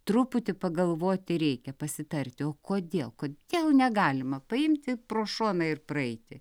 truputį pagalvoti reikia pasitarti o kodėl kodėl negalima paimti pro šoną ir praeiti